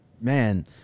man